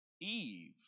Eve